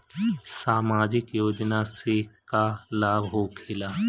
समाजिक योजना से का लाभ होखेला?